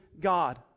God